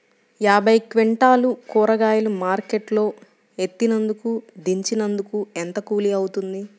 యాభై క్వింటాలు కూరగాయలు మార్కెట్ లో ఎత్తినందుకు, దించినందుకు ఏంత కూలి అవుతుంది?